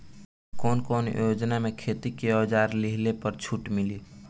कवन कवन योजना मै खेती के औजार लिहले पर छुट मिली?